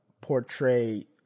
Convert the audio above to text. portray